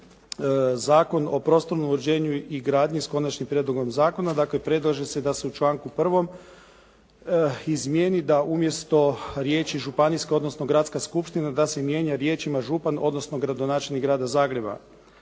Zakon o prostornom uređenju i gradnji s Konačnim prijedlogom zakona. Dakle, predlaže se da se u članku 1. izmijeni da se umjesto riječi "županijska, odnosno gradska skupština", da se mijenja riječima "župan, odnosno gradonačelnik grada Zagreba".